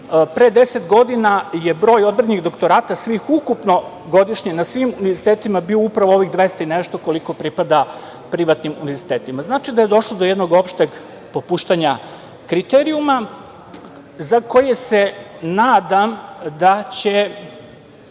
Pre 10 godina broj odbranjenih doktorata godišnje, svih ukupno, na svim univerzitetima bio upravo ovih 200 i nešto, koliko pripada privatnim univerzitetima. Znači da je došlo do jednog opšteg popuštanja kriterijuma za koji se nadam da će